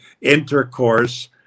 intercourse